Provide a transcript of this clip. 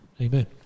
Amen